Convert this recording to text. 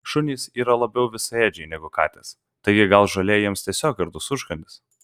šunys yra labiau visaėdžiai negu katės taigi gal žolė jiems tiesiog gardus užkandis